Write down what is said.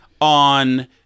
on